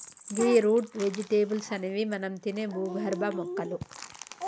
గీ root vegetables అనేవి మనం తినే భూగర్భ మొక్కలు